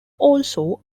also